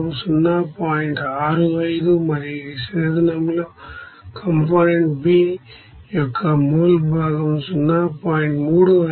65 మరియు ఈ ఈ డిస్టిల్ల్యటు లో కాంపోనెంట్ Bయొక్క మోల్ భాగం 0